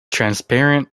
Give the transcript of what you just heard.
transparent